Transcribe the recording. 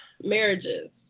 marriages